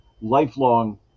lifelong